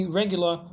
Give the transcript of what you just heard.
regular